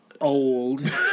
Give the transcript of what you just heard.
Old